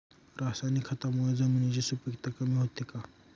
रासायनिक खतांमुळे जमिनीची सुपिकता कमी होते का?